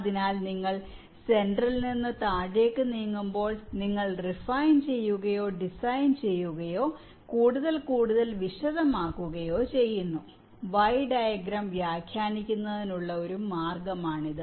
അതിനാൽ നിങ്ങൾ സെന്ററിൽ നിന്ന് താഴേക്ക് നീങ്ങുമ്പോൾ നിങ്ങൾ റിഫൈൻ ചെയ്യുകയോ ഡിസൈൻ ചെയ്യുകയോ കൂടുതൽ കൂടുതൽ വിശദമാക്കുകയോ ചെയ്യുന്നു Y ഡയഗ്രം വ്യാഖ്യാനിക്കുന്നതിനുള്ള ഒരു മാർഗമാണിത്